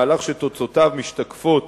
מהלך שתוצאותיו משתקפות